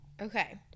Okay